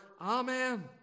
Amen